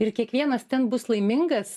ir kiekvienas ten bus laimingas